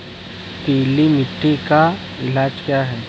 पीली मिट्टी का इलाज क्या है?